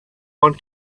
one